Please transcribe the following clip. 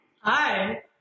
Hi